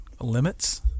limits